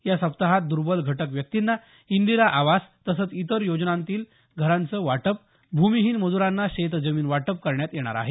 या सप्ताहात दुर्बल घटक व्यक्तींना इंदिरा आवास तसंच इतर योजनांतील घरांचं वाटप भूमिहीन मजूरांना शेतजमीन वाटप करण्यात येणार आहे